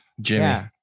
Jimmy